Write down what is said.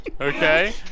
Okay